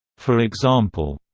for example,